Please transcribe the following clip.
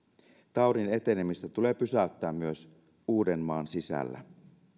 taudin eteneminen tulee pysäyttää myös uudenmaan sisällä